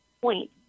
point